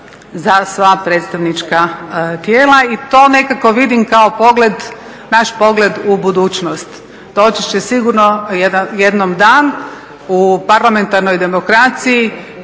za sva predstavnička tijela. I to nekako vidim kao pogled, naš pogled u budućnost. Doći će sigurno jednom dan u parlamentarnoj demokraciji